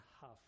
half